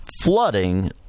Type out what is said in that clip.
flooding